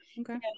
Okay